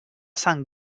sant